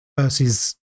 versus